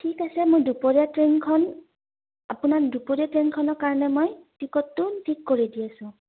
ঠিক আছে মই দুপৰীয়া ট্ৰেইনখন আপোনাৰ দুপৰীয়া ট্ৰেইনখনৰ কাৰণে মই টিকটটো ঠিক কৰি দি আছোঁ